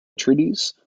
treatise